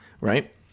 right